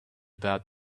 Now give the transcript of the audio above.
about